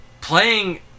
playing